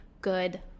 Good